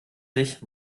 sich